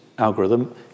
algorithm